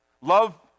Love